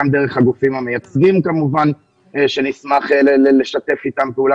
כמובן גם דרך הגופים המייצגים שנשמח לשתף אתם פעולה